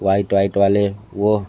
white white वाले वो